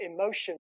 emotion